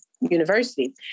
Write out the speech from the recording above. University